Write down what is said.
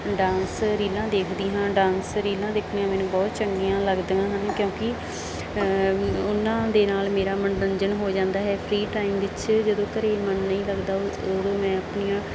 dance ਰੀਲਾਂ ਦੇਖਦੀ ਹਾਂ ਡਾਂਸ ਰੀਲਾਂ ਦੇਖਣੀਆਂ ਮੈਨੂੰ ਬਹੁਤ ਚੰਗੀਆਂ ਲੱਗਦੀਆਂ ਹਨ ਕਿਉਂਕਿ ਉਹਨਾਂ ਦੇ ਨਾਲ ਮੇਰਾ ਮਨੋਰੰਜਨ ਹੋ ਜਾਂਦਾ ਹੈ ਫਰੀ ਟਾਈਮ ਵਿੱਚ ਜਦੋਂ ਘਰ ਮਨ ਨਹੀਂ ਲੱਗਦਾ ਉਦੋਂ ਮੈਂ ਆਪਣੀਆਂ